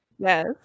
yes